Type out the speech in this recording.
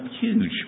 huge